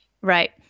right